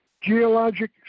geologic